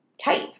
type